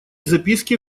записке